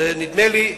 נדמה לי.